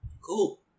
Cool